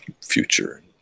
future